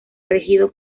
regido